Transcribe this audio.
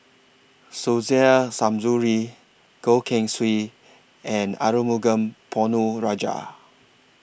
Suzairhe Goh Keng Swee and Arumugam Ponnu Rajah